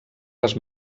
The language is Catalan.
les